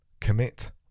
Commit